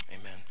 Amen